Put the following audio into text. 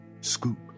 scoop